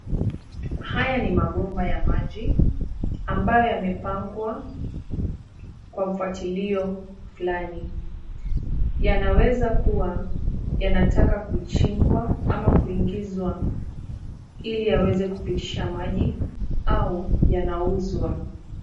Haya ni mabomba ya maji ambayo yamepagwa kwa mfwatilio fulani. Yanaweza kuwa yanataka kuchimbwa ama kuingizwa ili aweze kupitisha maji au yanauzwa.